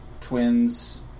twins